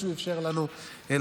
והמועדים שהוא אפשר לנו לעשות,